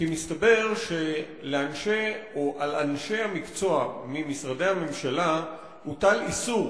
כי מסתבר שעל אנשי המקצוע ממשרדי הממשלה הוטל איסור